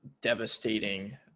devastating